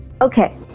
Okay